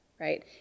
right